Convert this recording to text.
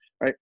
right